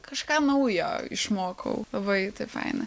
kažką naujo išmokau labai taip faina